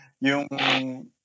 yung